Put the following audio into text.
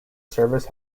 service